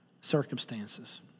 circumstances